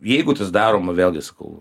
jeigu tas daroma vėlgi sakau